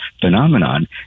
phenomenon